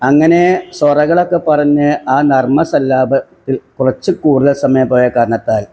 അങ്ങനെ സൊറകളൊക്കെ പറഞ്ഞ് ആ നർമ്മ സല്ലാപത്തിൽ കുറച്ച് കൂടുതൽ സമയം പോയ കാരണത്താൽ